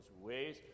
ways